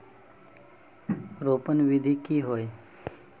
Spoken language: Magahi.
रोपण विधि की होय?